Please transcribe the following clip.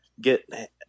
get